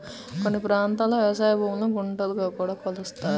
కొన్ని ప్రాంతాల్లో వ్యవసాయ భూములను గుంటలుగా కూడా కొలుస్తారు